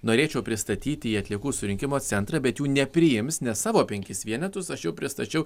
norėčiau pristatyti į atliekų surinkimo centrą bet jų nepriims nes savo penkis vienetus aš jau pristačiau